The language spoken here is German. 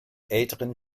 älteren